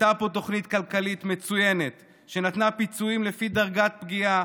הייתה פה תוכנית כלכלית מצוינת שנתנה פיצויים לפי דרגת פגיעה